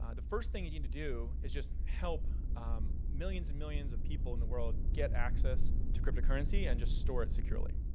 ah the first thing you need to do is just help millions and millions of people in the world get access to cryptocurrency and just store it securely.